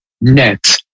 net